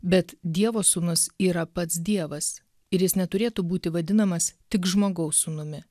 bet dievo sūnus yra pats dievas ir jis neturėtų būti vadinamas tik žmogaus sūnumi